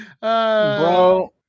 bro